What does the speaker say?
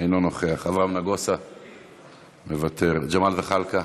אינו נוכח, אברהם נגוסה, מוותר, ג'מאל זחאלקה,